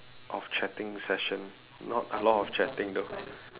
of chatting session not a lot of chatting though